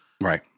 Right